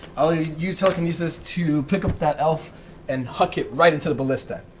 i'll yeah use telekinesis to pick up that elf and huck it right into the ballista.